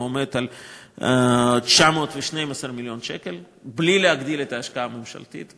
עומד על 912 מיליון שקל בלי להגדיל את ההשקעה הממשלתית,